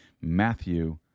Matthew